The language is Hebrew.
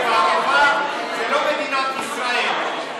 ובערבה זה לא מדינת ישראל?